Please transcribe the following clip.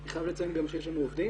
אני חייב לציין גם שיש לנו עובדים